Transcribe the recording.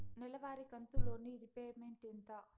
నెలవారి కంతు loan repayment ఎంత?